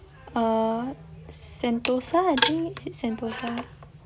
err sentosa I think sentosa